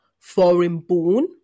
foreign-born